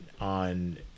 on